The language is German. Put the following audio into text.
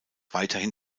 weiterhin